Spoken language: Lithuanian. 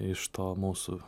iš to mūsų